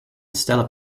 stellar